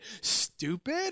Stupid